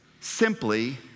simply